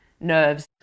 nerves